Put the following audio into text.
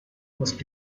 must